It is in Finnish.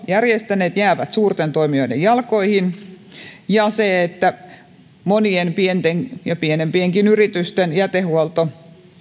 järjestäneet jäävät suurten toimijoiden jalkoihin ja siinä että monien pienten ja pienempienkin yritysten jätehuolto